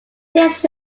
this